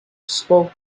spoke